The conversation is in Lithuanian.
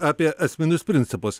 apie esminius principus